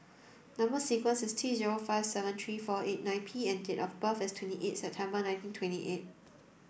number sequence is T zero five seven three four eight nine P and date of birth is twenty eight September nineteen twenty eight